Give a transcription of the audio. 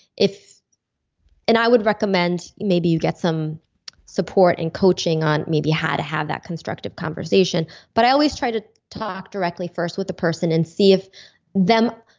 and i would recommend maybe you get some support and coaching on maybe how to have that constructive conversation, but i always try to talk directly first with the person and see if them.